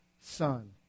son